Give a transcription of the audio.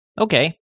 Okay